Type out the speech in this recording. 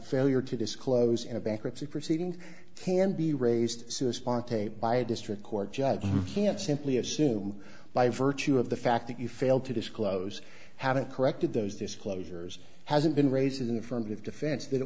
failure to disclose in a bankruptcy proceeding can be raised serious parte by a district court judge you can't simply assume by virtue of the fact that you failed to disclose have it corrected those disclosures hasn't been raised in the affirmative defense that it